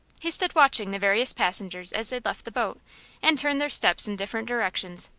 he stood watching the various passengers as they left the boat and turned their steps in different directions,